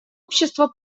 общество